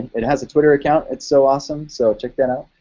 it has a twitter account, it's so awesome, so check that out.